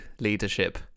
leadership